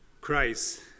Christ